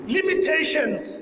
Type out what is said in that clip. Limitations